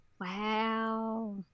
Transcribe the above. wow